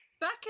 Back